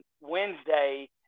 Wednesday